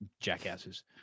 Jackasses